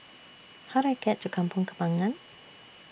How Do I get to Kampong Kembangan